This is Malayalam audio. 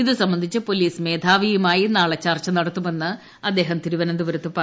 ഇതു സംബന്ധിച്ച് പോലീസ് മേധാവിയുമായി നാളെ ചർച്ച നടത്തുമെന്ന് അദ്ദേഹം തിരുവനന്തപുരത്ത് പറഞ്ഞു